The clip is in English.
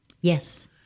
Yes